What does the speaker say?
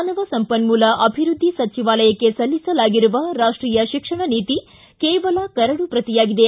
ಮಾನವ ಸಂಪನ್ಮೂಲ ಅಭಿವೃದ್ಧಿ ಸಚಿವಾಲಯಕ್ಕೆ ಸಲ್ಲಿಸಲಾಗಿರುವ ರಾಷ್ಟೀಯ ಶಿಕ್ಷಣ ನೀತಿ ಕೇವಲ ಕರಡು ಪ್ರತಿಯಾಗಿದೆ